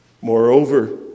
Moreover